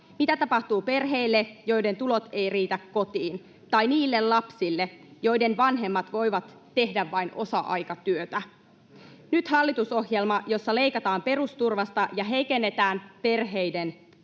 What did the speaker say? Mitä tapahtuu perheille, joiden tulot eivät riitä kotiin, tai niille lapsille, joiden vanhemmat voivat tehdä vain osa-aikatyötä? Nyt hallitusohjelma, jossa leikataan perusturvasta ja heikennetään perheiden